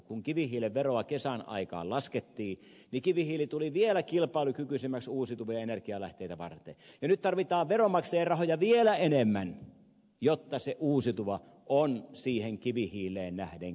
kun kivihiilen veroa kesän aikaan laskettiin niin kivihii li tuli vielä kilpailukykyisemmäksi uusiutuvia energialähteitä varten ja nyt tarvitaan veronmaksajien rahoja vielä enemmän jotta se uusiutuva on siihen kivihiileen nähden kilpailukykyinen